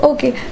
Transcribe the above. Okay